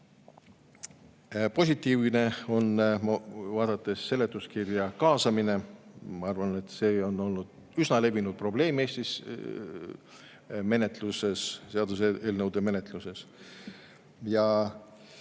Positiivne on, vaadates seletuskirja, kaasamine. Ma arvan, et see on olnud Eestis üsna levinud probleem menetluses, seaduseelnõude menetluses.